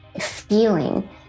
feeling